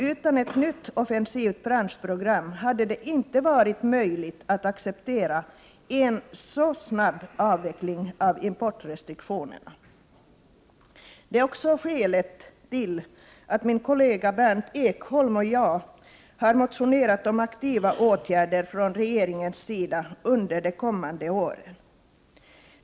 Utan ett nytt offensivt branschprogram hade det inte varit möjligt att acceptera en så snabb avveckling av importrestriktionerna. Detta är också skälet till att min kollega Berndt Ekholm och jag har motionerat om aktiva åtgärder från regeringens sida under det kommande året.